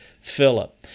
Philip